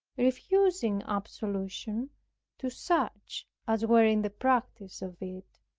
refusing absolution to such as were in the practice of it,